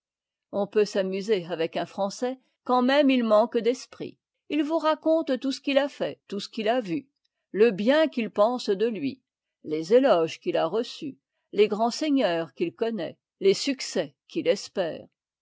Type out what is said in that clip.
on peut s'amuser avec un français même quand il manque d'esprit h vous raconte tout ce qu'il a fait tout ce qu'il a vu le bien qu'il pense de lui les éloges qu'il a reçus les grands seigneurs qu'il connaît les succès qu'il espère